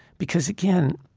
because, again,